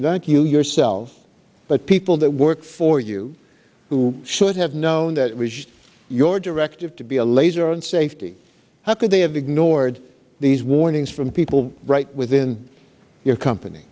thank you yourself but people that work for you who should have known that was your directive to be a laser on safety how could they have ignored these warnings from people right within your company